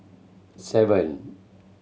seven